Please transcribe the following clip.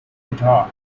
guitar